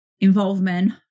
involvement